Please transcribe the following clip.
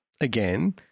again